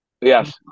Yes